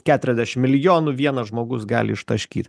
keturiasdešimt milijonų vienas žmogus gali ištaškyt